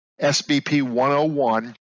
SBP-101